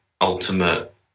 ultimate